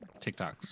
TikToks